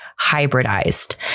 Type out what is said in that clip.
hybridized